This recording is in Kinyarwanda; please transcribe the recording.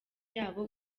yabo